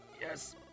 yes